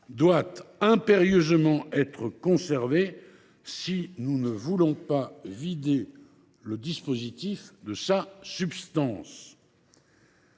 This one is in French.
doit impérieusement être conservé si nous ne voulons pas vider le dispositif de sa substance.